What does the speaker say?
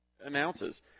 announces